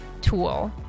tool